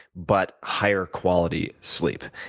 but higher quality sleep.